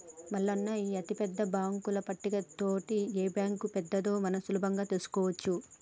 మల్లన్న ఈ అతిపెద్ద బాంకుల పట్టిక తోటి ఏ బాంకు పెద్దదో మనం సులభంగా తెలుసుకోవచ్చు